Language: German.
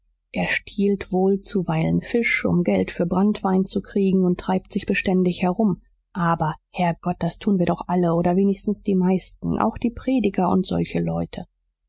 er stiehlt wohl zuweilen fische um geld für branntwein zu kriegen und treibt sich beständig herum aber herr gott das tun wir doch alle oder wenigstens die meisten auch die prediger und solche leute